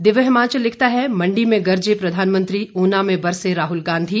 दिव्य हिमाचल लिखता है मंडी में गरजे प्रधानमंत्री ऊना में बरसे राहल गांधी